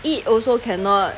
eat also cannot